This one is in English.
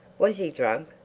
was he drunk?